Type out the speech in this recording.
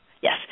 yes